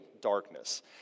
darkness